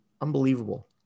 unbelievable